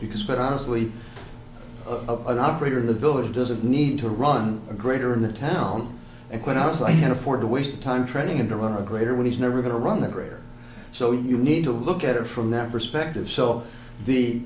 because quite honestly a operator in the village doesn't need to run a greater in the town and quite honestly can't afford to waste time training him to run a greater when he's never going to run there so you need to look at it from that perspective so the